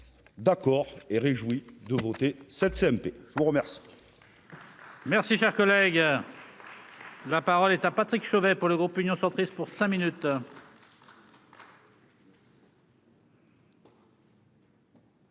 d'accord et réjoui de voter cette CMP, je vous remercie.